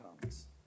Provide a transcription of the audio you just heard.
comes